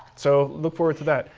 so look forward to that.